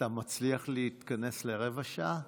אתה מצליח להתכנס לרבע שעה?